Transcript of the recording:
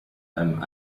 einem